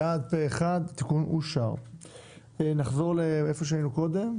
הצבעה אושר נחזור לאיפה שהיינו קודם.